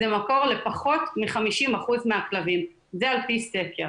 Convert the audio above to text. זה מקור לפחות מ-50% מהכלבים, זה על פי סקר.